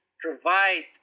provide